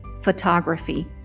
photography